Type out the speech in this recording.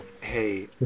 Hey